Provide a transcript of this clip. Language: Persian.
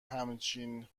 همچین